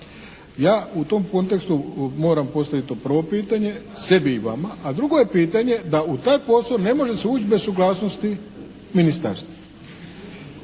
Ja u tom kontekstu moram postaviti to prvo pitanje sebi i vama, a drugo je pitanje da u taj posao ne može se ući bez suglasnosti Ministarstva.